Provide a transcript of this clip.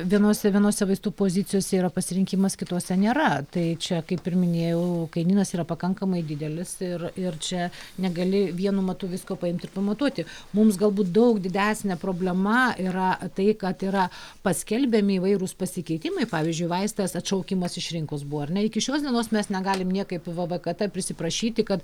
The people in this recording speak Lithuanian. vienose vienose vaistų pozicijose yra pasirinkimas kitose nėra tai čia kaip ir minėjau kainynas yra pakankamai didelis ir ir čia negali vienu matu visko paimt ir pamatuoti mums galbūt daug didesnė problema yra tai kad yra paskelbiami įvairūs pasikeitimai pavyzdžiui vaistas atšaukimas iš rinkos buvo ar ne iki šios dienos mes negalim niekaip vvkt prisiprašyti kad